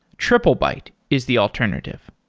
triplebyte is the alternative.